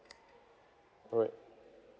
alright